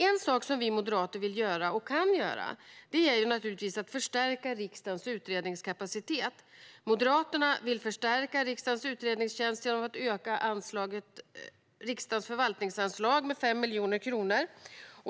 En sak som vi moderater vill och kan göra är naturligtvis att förstärka riksdagens utredningskapacitet. Moderaterna vill förstärka riksdagens utredningstjänst genom att öka riksdagens förvaltningsanslag med 5 miljoner kronor.